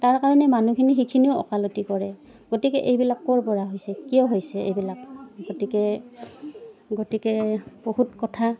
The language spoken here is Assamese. তাৰ কাৰণে মানুহখিনি সেইখিনিও ওকালতি কৰে গতিকে এইবিলাক ক'ৰ পৰা হৈছে কিয় হৈছে এইবিলাক গতিকে গতিকে বহুত কথা